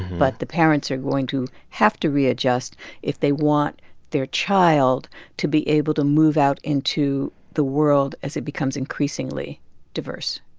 but the parents are going to have to readjust if they want their child to be able to move out into the world as it becomes increasingly diverse